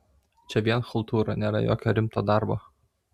čia vien chaltūra nėr jokio rimto darbo